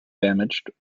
damaged